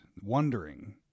wondering